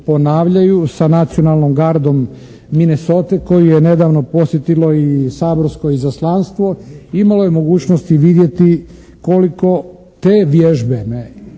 sa nacionalnom gardom Minesote koju je nedavno posjetilo i saborsko izaslanstvo imalo je mogućnosti vidjeti koliko te vježbe